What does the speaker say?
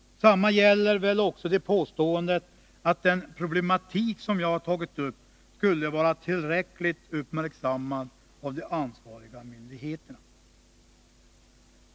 Detsamma gäller också påståendet att den problematik som jag har tagit upp skulle vara tillräckligt uppmärksammad av de ansvariga myndigheterna.